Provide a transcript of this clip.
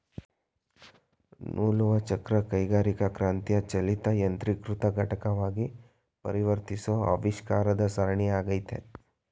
ನೂಲುವಚಕ್ರ ಕೈಗಾರಿಕಾಕ್ರಾಂತಿಯ ಚಾಲಿತ ಯಾಂತ್ರೀಕೃತ ಘಟಕವಾಗಿ ಪರಿವರ್ತಿಸೋ ಆವಿಷ್ಕಾರದ ಸರಣಿ ಆಗೈತೆ